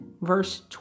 verse